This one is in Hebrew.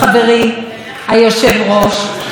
האמת היא שאנחנו לא צריכים להתפלא.